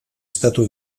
stato